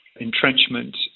entrenchment